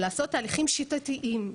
לעשות תהליכים שיטתיים,